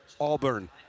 Auburn